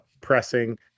pressing